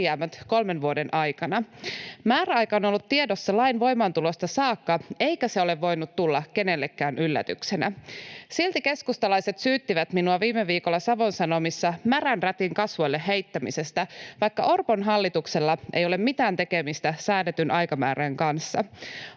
alijäämät kolmen vuoden aikana. Määräaika on ollut tiedossa lain voimaantulosta saakka, eikä se ole voinut tulla kenellekään yllätyksenä. Silti keskustalaiset syyttivät minua viime viikolla Savon Sanomissa märän rätin kasvoille heittämisestä, vaikka Orpon hallituksella ei ole mitään tekemistä säädetyn aikamääreen kanssa.